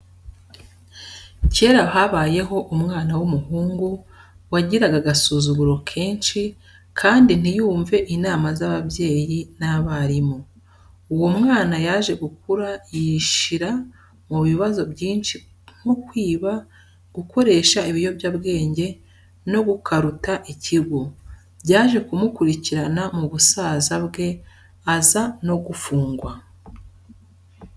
Kera habayeho umwana w'umuhungu wagiraga agasuzuguro kenshi kandi ntiyumve inama z'ababyeyi n'abarimu, uwo mwana yaje gukura yishira mu bibazo byinshi nko kwiba, gukoresha ibiyobyabwenge no gukaruta ikigo, byaje kumukurikirana mu busaza bwe aza no gufungwa.